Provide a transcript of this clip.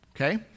okay